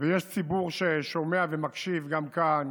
ויש ציבור ששומע ומקשיב גם כאן